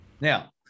Now